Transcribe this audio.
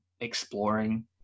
exploring